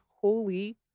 holy